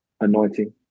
anointing